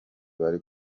bari